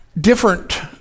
Different